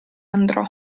andrò